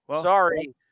sorry